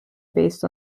based